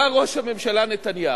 בא ראש הממשלה נתניהו,